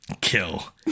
Kill